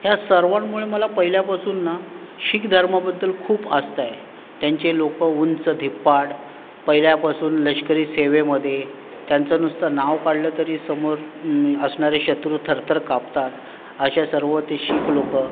या सर्वांमुळे मला पहिल्यापासून ना शीख धर्माबद्दल खूप आस्था आहे त्यांचे लोक उंच धिप्पाड पहिल्यापासून लष्करी सेवेमध्ये त्यांचं नुसतं नाव काढलं तरी समोर असणारे शत्रू थरथर कापतात अशा सर्व ते शिख लोक